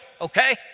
okay